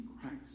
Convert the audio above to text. Christ